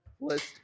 list